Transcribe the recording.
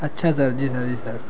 اچھا sir ji sir ji سر